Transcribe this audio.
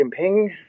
Jinping